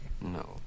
No